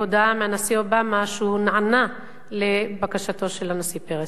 הודעה מהנשיא אובמה שהוא נענה לבקשתו של הנשיא פרס.